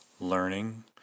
learning